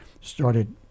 started